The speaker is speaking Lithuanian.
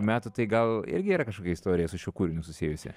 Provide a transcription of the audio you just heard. metų tai gal irgi yra kažkokia istorija su šiuo kūriniu susijusi